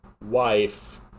wife